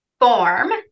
form